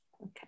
okay